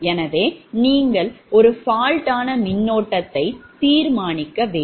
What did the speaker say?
எனவே நீங்கள் ஒரு fault ஆன மின்னோட்டத்தை தீர்மானிக்க வேண்டும்